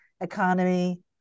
economy